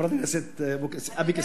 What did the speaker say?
חברת הכנסת אבקסיס,